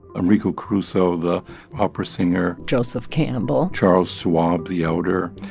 enrico caruso, the opera singer joseph campbell charles schwabb, the elder,